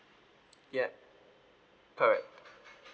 yup correct